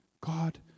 God